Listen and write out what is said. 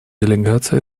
делегации